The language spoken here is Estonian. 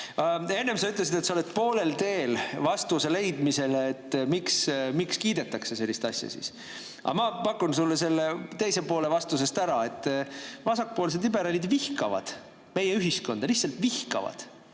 Enne sa ütlesid, et sa oled poolel teel vastuse leidmisel, miks sellist asja kiidetakse. Ma pakun sulle selle teise poole vastusest. Vasakpoolsed liberaalid vihkavad meie ühiskonda, lihtsalt vihkavad.